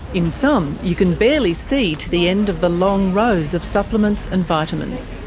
in some, you can barely see to the end of the long rows of supplements and vitamins.